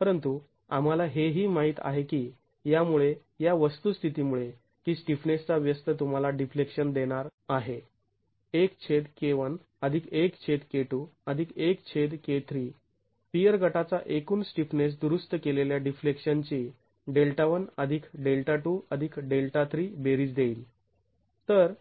परंतु आंम्हाला हेही माहित आहे की यामुळे या वस्तुस्थिती मुळे की स्टिफनेसचा व्यस्त तुम्हाला डिफ्लेक्शन देणार आहे पियर गटाचा एकूण स्टिफनेस दुरुस्त केलेल्या डिफ्लेक्शन ची Δ 1 Δ 2 Δ 3 बेरीज देईल